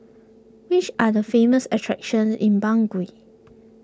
which are the famous attractions in Bangui